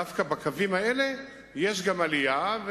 דווקא בקווים האלה יש עלייה.